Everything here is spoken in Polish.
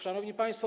Szanowni Państwo!